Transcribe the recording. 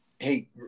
Hey